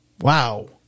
wow